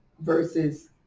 versus